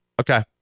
Okay